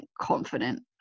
confident